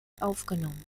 aufgenommen